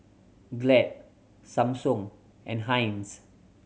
Glad Samsung and Heinz